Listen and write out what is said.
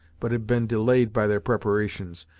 but had been delayed by their preparations,